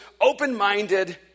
open-minded